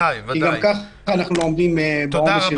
כי גם ככה אנחנו בעומס היום.